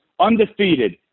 undefeated